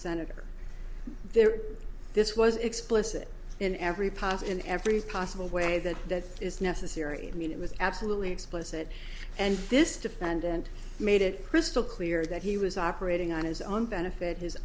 senator there this was explicit in every pass in every possible way that that is necessary i mean it was absolutely explicit and this defendant made it crystal clear that he was operating on his own benefit his